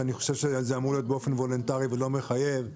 שאני חושב שזה אמור להיות באופן וולונטרי ולא מחייב,